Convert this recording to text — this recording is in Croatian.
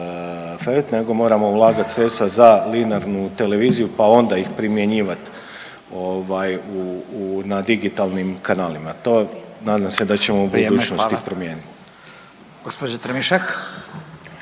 nego moramo ulagati sredstva za linearnu televiziju pa onda ih primjenjivat na digitalnim kanalima. To nadam se da ćemo u budućnosti promijeniti.